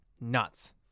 Nuts